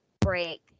break